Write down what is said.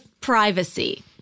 privacy